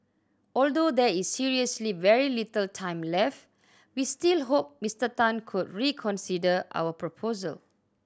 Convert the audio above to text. although there is seriously very little time left we still hope Mister Tan could reconsider our proposal